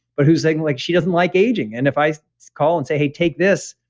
but who's saying like she doesn't like aging. and if i call and say, hey, take this,